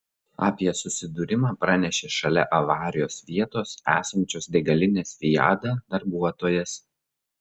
apie susidūrimą pranešė šalia avarijos vietos esančios degalinės viada darbuotojas